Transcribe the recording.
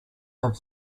have